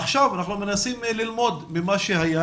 עכשיו אנחנו מנסים ללמוד ממה שהיה,